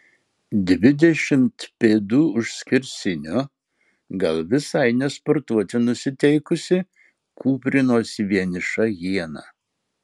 dvidešimt pėdų už skersinio gal visai ne sportuoti nusiteikusi kūprinosi vieniša hiena